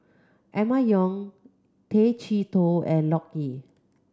Emma Yong Tay Chee Toh and Loke Ye